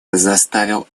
заставили